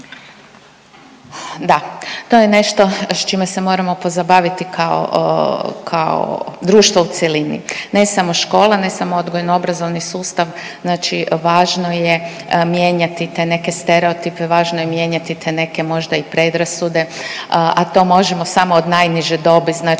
Da, to je nešto s čime se moramo pozabaviti kao, kao društvo u cjelini. Ne samo škola, ne samo odgojno-obrazovni sustav, znači važno je mijenjati te neke stereotipe, važno je mijenjati te neke možda i predrasude, a to možemo samo od najniže dobi, znači